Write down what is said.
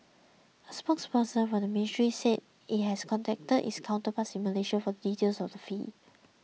a spokesperson from the ministry said it has contacted its counterparts in Malaysia for details of the fee